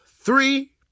three